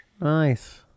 Nice